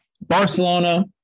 Barcelona